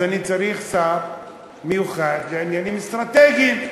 אז אני צריך שר מיוחד לעניינים אסטרטגיים.